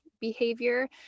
behavior